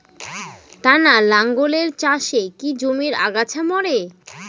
টানা লাঙ্গলের চাষে কি জমির আগাছা মরে?